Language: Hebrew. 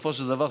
בסופו של דבר,